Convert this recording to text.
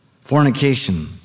Fornication